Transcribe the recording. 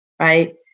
right